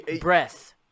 Breath